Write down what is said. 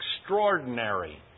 extraordinary